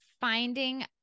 finding